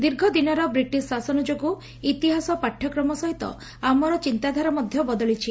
ଦୀର୍ଘଦିନର ବ୍ରିଟିଶ ଶାସନ ଯୋଗ୍ରଁ ଇତିହାସ ପାଠ୍ୟକ୍ରମ ସହିତ ଆମର ଚିନ୍ତାଧାରା ମଧ୍ଧ ବଦଳିଛି